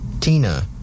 Tina